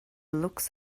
looks